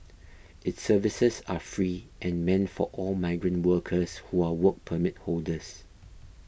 its services are free and meant for all migrant workers who are Work Permit holders